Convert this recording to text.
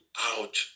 out